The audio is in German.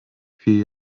vier